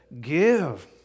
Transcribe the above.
Give